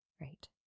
right